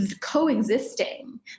coexisting